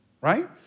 Right